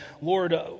Lord